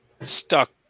stuck